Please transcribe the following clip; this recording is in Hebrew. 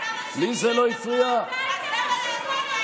למה זה לא הפריע לך 40 שנה?